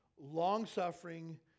long-suffering